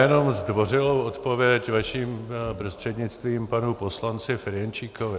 Já jenom zdvořilou odpověď vaším prostřednictvím panu poslanci Ferjenčíkovi.